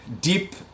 deep